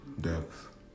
Depth